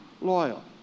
loyal